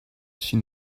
she